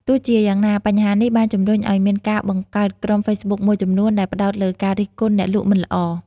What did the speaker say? ទោះជាយ៉ាងណា បញ្ហានេះបានជំរុញឱ្យមានការបង្កើតក្រុមហ្វេសប៊ុកមួយចំនួនដែលផ្តោតលើការរិះគន់អ្នកលក់មិនល្អ។